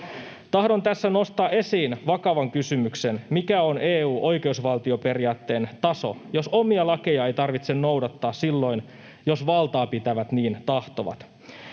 Tahdon tässä nostaa esiin vakavan kysymyksen: mikä on EU:n oikeusvaltioperiaatteen taso, jos omia lakeja ei tarvitse noudattaa silloin, jos valtaapitävät niin tahtovat?